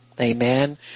Amen